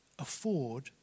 Afford